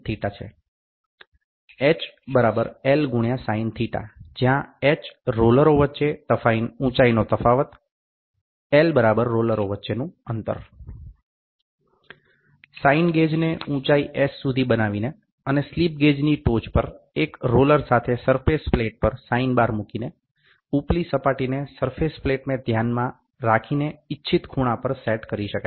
h L × sin θ જ્યાં h રોલરો વચ્ચે ઊંચાઈ નો તફાવત L રોલરો વચ્ચેનું અંતર સાઈન ગેજ ને ઉંચાઇ h સુધી બનાવીને અને સ્લિપ ગેજની ટોચ પર એક રોલર સાથે સરફેસ પ્લેટ પર સાઇન બાર મૂકીને ઉપલી સપાટીને સરફેસ પ્લેટને ધ્યાનમાં રાખીને ઇચ્છિત ખૂણા પર સેટ કરી શકાય છે